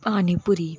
panipuri